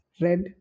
red